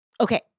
Okay